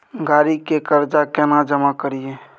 गाड़ी के कर्जा केना जमा करिए?